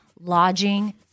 lodging